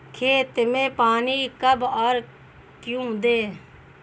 खेत में पानी कब और क्यों दें?